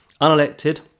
unelected